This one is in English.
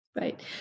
Right